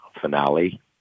finale